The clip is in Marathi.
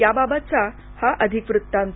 याबाबतचा हा अधिक वृत्तांत